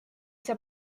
see